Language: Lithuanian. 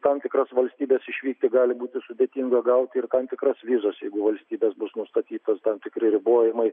tam tikras valstybes išvykti gali būti sudėtinga gauti ir tam tikras vizas jeigu valstybės bus nustatytas tam tikri ribojimai